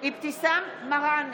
אבתיסאם מראענה,